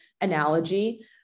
analogy